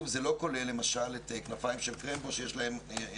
זה לא כולל למשל את 'כנפיים של קרמבו' שיש לה חשיבות